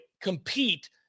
compete